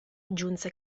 aggiunse